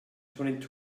twenty